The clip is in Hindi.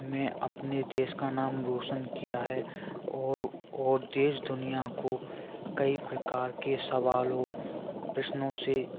में अपने देश का नाम रोशन किया है और और देश दुनिया को कई प्रकार के सवालों प्रश्नों से